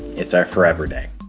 it's our forever day